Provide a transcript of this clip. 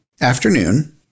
afternoon